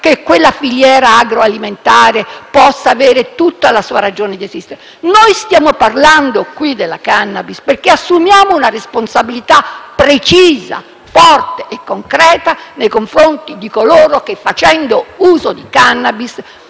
che quella filiera agroalimentare possa avere tutta la sua ragione di esistere. Qui stiamo parlando della *cannabis* perché assumiamo una responsabilità precisa, forte e concreta nei confronti di coloro che, facendo uso di *cannabis*,